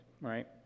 right